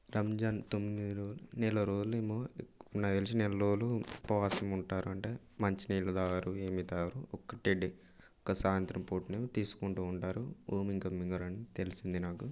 రంజాన్ తొమ్మిది రోజులు నెలరోజులు ఏమో నాకు తెలిసి నెలరోజులు ఉపవాసం ఉంటారంట మంచినీళ్ళు తాగరు ఏమి తాగరు ఒక్కటే ఒక సాయంత్రం పూటనే తీసుకుంటూ ఉంటారు ఊమి ఇంకా మింగరని తెలిసింది నాకు